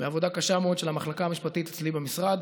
בעבודה קשה מאוד של המחלקה המשפטית אצלי במשרד,